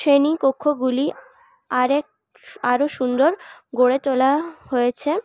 শ্রেণিকক্ষগুলি আরেক আরও সুন্দর গড়ে তোলা হয়েছে